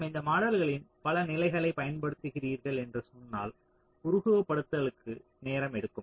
நாம் இந்த மாடல்களின் பல நிலைகளைப் பயன்படுத்துகிறீர்கள் என்று சொன்னால் உருவகப்படுத்துதளுக்கு நேரம் எடுக்கும்